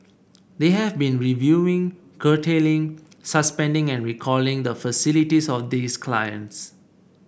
they have been reviewing curtailing suspending and recalling the facilities of these clients